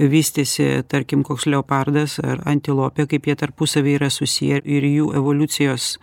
vystėsi tarkim koks leopardas ar antilopė kaip jie tarpusavy yra susiję ir jų evoliucijos